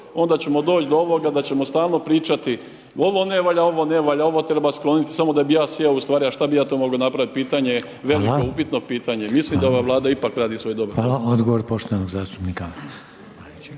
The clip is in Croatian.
onda ćemo doći do ovoga da ćemo stalno pričati ovo ne valja, ovo ne valja, ovo treba skloniti samo da bi ja sjeo, ustvari a šta bi ja to mogao napraviti pitanje je, veliko upitno pitanje, mislim da ova Vlada ipak radi svoj dobar posao. **Reiner,